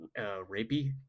rapey